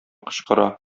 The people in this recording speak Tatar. кычкыра